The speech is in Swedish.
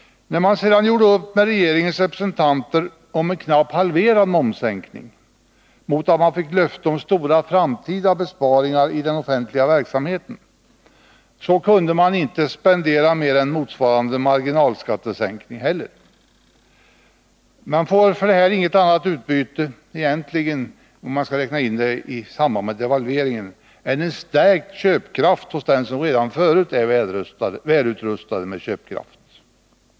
När man sedan gjorde upp med regeringens representanter om en knappt halverad momssänkning mot att man fick löfte om stora framtida besparingar i den offentliga verksamheten, så kunde man inte heller spendera mer än motsvarande marginalskattesänkning. Men för denna får man, om man räknar samman den med devalveringen, egentligen inget annat utbyte än stärkt köpkraft hos dem som redan förut är välutrustade.